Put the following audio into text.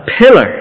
pillar